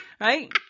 Right